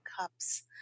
Cups